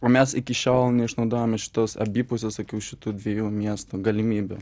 o mes iki šiol neišnaudojome šitos abipusės šitų dviejų miesto galimybių